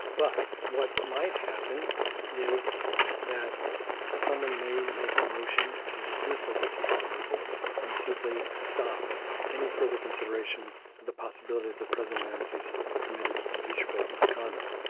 but what might happen is that someone may make a motion to dismiss those impeachment articles and simply stop any further consideration of the possibility the president of the states has committed impeachable misconduct.